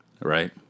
right